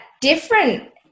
different